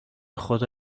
خدا